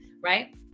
right